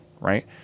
right